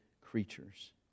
creatures